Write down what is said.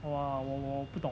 !wah! 我我不懂